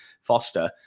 Foster